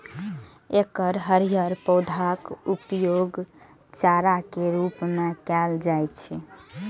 एकर हरियर पौधाक उपयोग चारा के रूप मे कैल जाइ छै